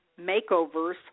makeovers